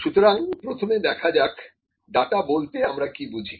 সুতরাং প্রথমে দেখা যাক ডাটা বলতে আমরা কি বুঝি